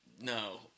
No